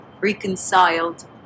reconciled